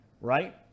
right